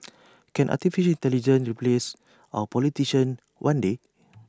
can Artificial Intelligence replace our politicians one day